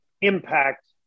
impact